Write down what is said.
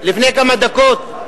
לפני כמה דקות,